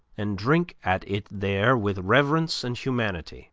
and drink at it there with reverence and humanity